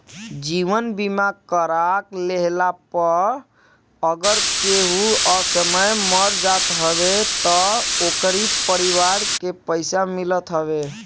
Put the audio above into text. जीवन बीमा करा लेहला पअ अगर केहू असमय मर जात हवे तअ ओकरी परिवार के पइसा मिलत हवे